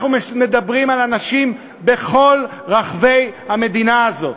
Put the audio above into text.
אנחנו מדברים על אנשים בכל רחבי המדינה הזאת.